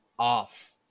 off